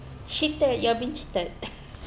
cheated you are being cheated